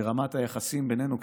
ברמת היחסים בינינו,